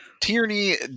Tierney